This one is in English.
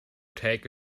take